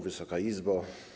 Wysoka Izbo!